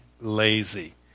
lazy